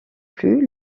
plus